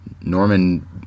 Norman